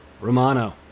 Romano